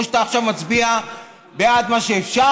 או שאתה עכשיו מצביע בעד מה שאפשר,